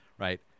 Right